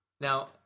Now